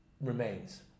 remains